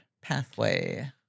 pathway